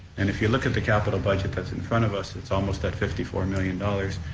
and if you look at the capital budget that's in front of us that's almost at fifty four million dollars,